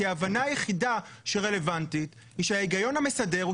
כי ההבנה היחידה שרלוונטית היא שההיגיון המסדר הוא